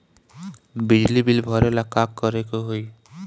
बिजली बिल भरेला का करे के होई?